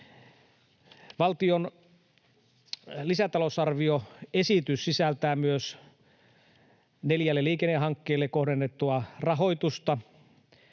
Valtion lisätalousarvioesitys sisältää myös neljälle liikennehankkeelle kohdennettua rahoitusta,